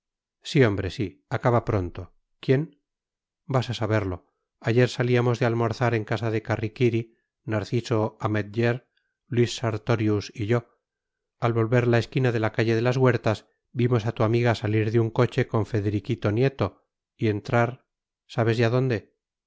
hombre sí acaba pronto quién vas a saberlo ayer salíamos de almorzar en casa de carriquiri narciso ametller luis sartorius y yo al volver la esquina de la calle de las huertas vimos a tu amiga salir de un coche con federiquito nieto y entrar sabes ya dónde